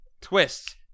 twists